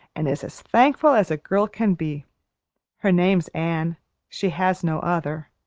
an' is as thankful as a girl can be her name's anne she has no other.